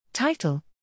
Title